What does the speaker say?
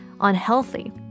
unhealthy